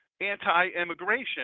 anti-immigration